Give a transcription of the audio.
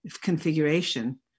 configuration